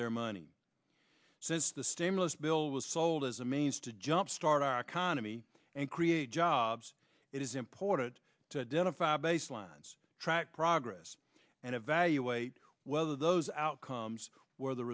their money since the stimulus bill was sold as a means to jumpstart our economy and create jobs it is important to deneb five baselines track progress and evaluate whether those outcomes were the